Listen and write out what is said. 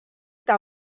eta